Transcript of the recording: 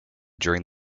during